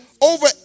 over